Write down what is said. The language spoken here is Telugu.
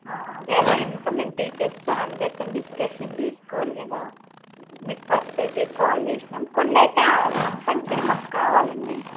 అదే అదే ఇంకా మేం టీచర్స్తో అందరితోని డిస్కషన్ చేసుకోవాలి కదా మీకు ఫస్ట్ అయితే కాల్ చేసినాము కొన్నయితే కంపల్సరీ మాకు కావలండీ